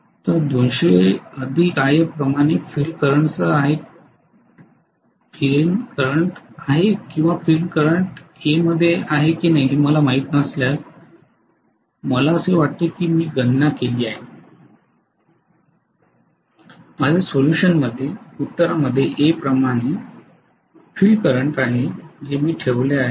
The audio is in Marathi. तर 200If प्रमाणे फील्ड करंटसह आहे किंवा हे फील्ड करंट A मध्ये आहे की नाही हे मला माहित नसल्यास मला असे वाटते की मी गणना केली आहे माझ्या सोल्यूशनमध्ये A प्रमाणे फील्ड करंट आहे जे मी ठेवले आहे जे 2